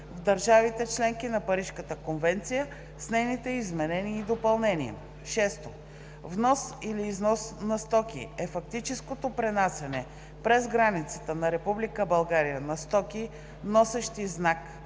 в държавите – членки на Парижката конвенция, с нейните изменения и допълнения. 6. „Внос или износ на стоки“ е фактическото пренасяне през границата на Република България на стоки, носещи знак,